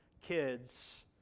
kids